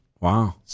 Wow